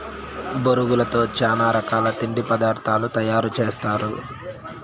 బొరుగులతో చానా రకాల తిండి పదార్థాలు తయారు సేస్తారు